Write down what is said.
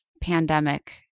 pandemic